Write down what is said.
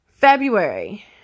February